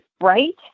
Right